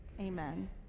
Amen